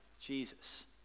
Jesus